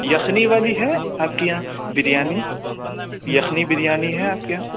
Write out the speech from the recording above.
یخنی والی ہے آپ کے یہاں بریانی یخنی بریانی ہے آپ کے یہاں